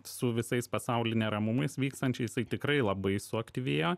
su visais pasauly neramumais vykstančiais tai tikrai labai suaktyvėjo